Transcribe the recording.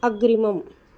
अग्रिमम्